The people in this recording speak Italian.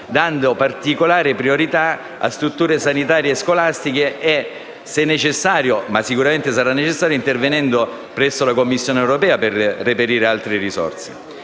dando particolare priorità alle strutture sanitarie e scolastiche e, se necessario (sicuramente lo sarà), intervenendo presso la Commissione europea per reperire altre risorse.